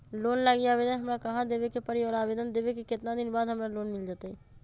Loan लागी आवेदन हमरा कहां देवे के पड़ी और आवेदन देवे के केतना दिन बाद हमरा लोन मिल जतई?